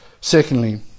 Secondly